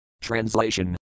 Translation